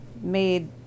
made